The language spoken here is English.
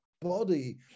body